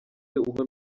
ubwo